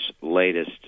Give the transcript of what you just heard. latest